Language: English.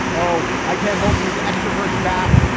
oh, i can't hold these extroverts back.